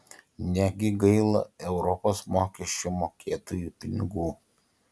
negi gaila europos mokesčių mokėtojų pinigų